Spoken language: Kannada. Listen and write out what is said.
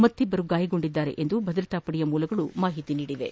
ಮತ್ತಿಬ್ಲರು ಗಾಯಗೊಂಡಿದ್ದಾರೆ ಎಂದು ಭದ್ರತಾ ಪಡೆಯ ಮೂಲಗಳು ತಿಳಿಸಿವೆ